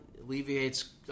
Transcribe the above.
alleviates